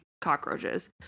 cockroaches